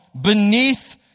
beneath